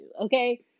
okay